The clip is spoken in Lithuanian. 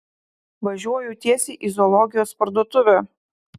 važiuoju tiesiai į zoologijos parduotuvę